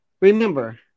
Remember